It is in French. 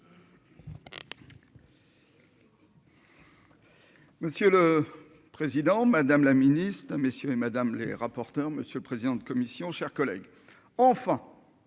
Monsieur le président, madame la ministre, messieurs et Madame, les rapporteurs, monsieur le président de commission, chers collègues, enfin,